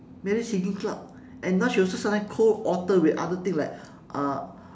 mary higgins clark and now she also sometimes co author with other thing like uh